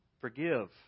Forgive